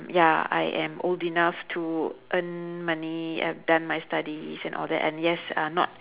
ya I am old enough to earn money I've done my studies and all that and yes uh not